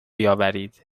بیاورید